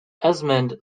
esmond